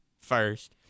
first